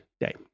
day